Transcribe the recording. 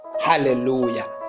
hallelujah